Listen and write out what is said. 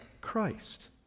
Christ